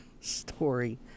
story